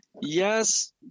Yes